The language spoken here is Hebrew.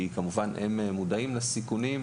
הם מודעים לסיכונים,